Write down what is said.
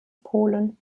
polen